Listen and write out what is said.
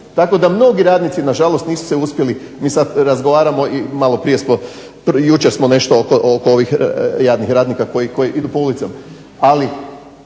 tako da mnogi radnici na žalost nisu se uspjeli, mi sad razgovaramo i malo prije smo, jučer smo nešto oko ovih jadnih radnika koji idu po ulicama.